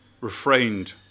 refrained